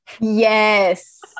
yes